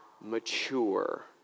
mature